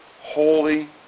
holy